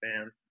fans